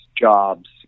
jobs